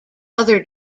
other